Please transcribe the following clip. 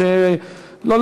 לא,